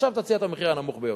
עכשיו תציע את המחיר הנמוך ביותר.